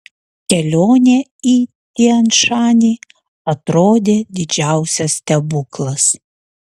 kelionė į tian šanį atrodė didžiausias stebuklas